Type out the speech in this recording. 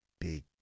big